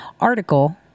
article